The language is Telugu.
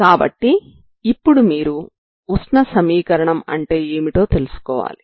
కాబట్టి ఇప్పుడు మీరు ఉష్ణ సమీకరణం అంటే ఏమిటో తెలుసుకోవాలి